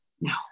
no